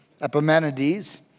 Epimenides